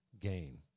gain